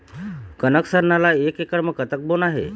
कनक सरना ला एक एकड़ म कतक बोना हे?